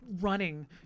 running